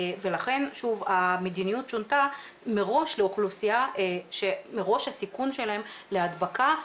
ולכן המדיניות שונתה מראש לאוכלוסייה שמראש הסיכון שלהם להדבקה,